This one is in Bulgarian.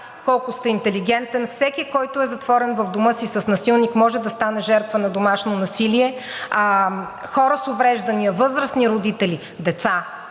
колко сте интелигентен. Всеки, който е затворена в дома си с насилник, може да стане жертва на домашно насилие – хора с увреждания, възрастни, родители, деца.